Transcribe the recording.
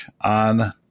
on